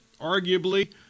arguably